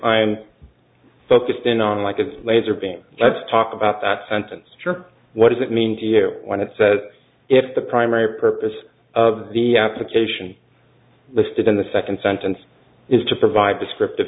i'm focused in on like a laser beam let's talk about that sentence sure what does it mean to you when it says if the primary purpose of the application listed in the second sentence is to provide descriptive